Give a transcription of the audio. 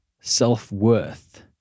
self-worth